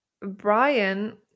Brian